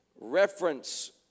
reference